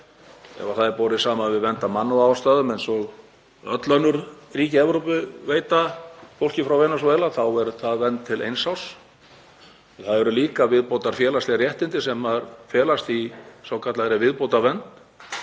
Ef það er borið saman við vernd af mannúðarástæðum eins og öll önnur ríki Evrópu veita fólki frá Venesúela þá er það til eins árs. Það eru líka til viðbótar félagsleg réttindi sem felast í svokallaðri viðbótarvernd.